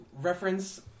reference